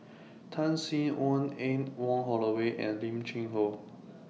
Tan Sin Aun Anne Wong Holloway and Lim Cheng Hoe